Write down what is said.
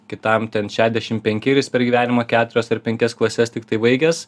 kitam ten šedešim penki ir jis per gyvenimą keturias ar penkias klases tiktai baigęs